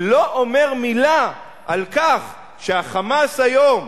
ולא אומר מלה על כך שה"חמאס" היום,